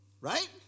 right